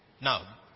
Now